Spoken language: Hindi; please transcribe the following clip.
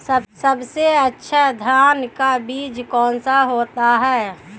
सबसे अच्छा धान का बीज कौन सा होता है?